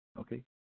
Okay